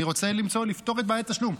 אני רוצה לפתור את בעיית התשלום.